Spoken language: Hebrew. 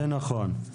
זה נכון.